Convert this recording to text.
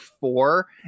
four